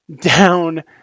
down